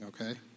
okay